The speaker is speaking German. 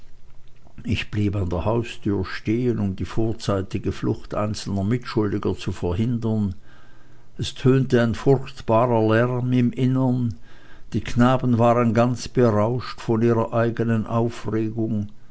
ich blieb an der haustüre stehen um die vorzeitige flucht einzelner mitschuldiger zu verhindern es tönte ein furchtbarer lärm im innern die knaben waren ganz berauscht von ihrer eigenen aufregung